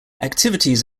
activities